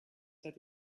that